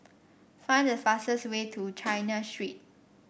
find the fastest way to China Street